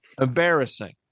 Embarrassing